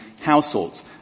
households